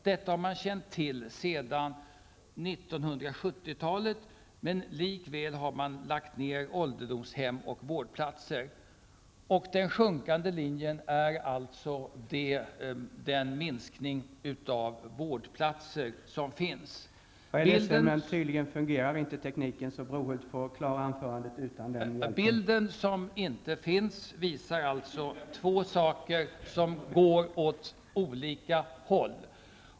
Detta har man känt till sedan 70-talet, men likväl har man lagt ned ålderdomshem och vårdplatser. Den nedåtgående linjen illustrerar alltså den minskning av vårdplatser som har skett. Den bild som inte nu kan visas illustrerar alltså två saker som utvecklats åt olika håll.